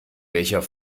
welcher